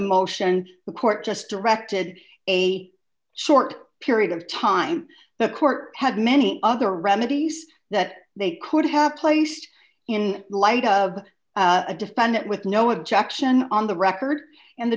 motion the court just directed a short period of time the court had many other remedies that they could have placed in light of a defendant with no objection on the record and the